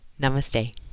Namaste